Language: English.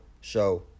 show